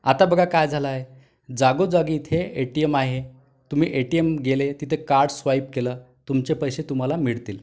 आता बघा काय झालं आहे जागोजागी इथे ए टी एम आहे तुमी ए टी एम गेले तिथे कार्ड स्वाइप केलं तुमचे पैसे तुम्हाला मिळतील